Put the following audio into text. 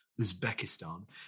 Uzbekistan